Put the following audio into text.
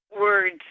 words